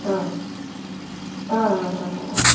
आ आ आ